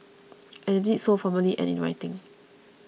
and they did so formally and in writing